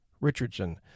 Richardson